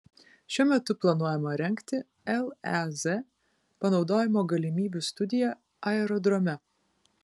šiuo metu planuojama rengti lez panaudojimo galimybių studija aerodrome